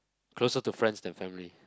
closer to friends than family